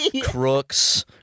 crooks